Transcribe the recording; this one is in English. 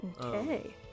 okay